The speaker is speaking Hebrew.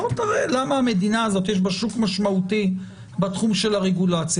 בוא תראה למה במדינה הזאת יש שוק משמעותי בתחום הרגולציה.